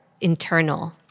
internal